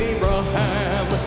Abraham